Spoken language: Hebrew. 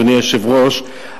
אדוני היושב-ראש,